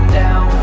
down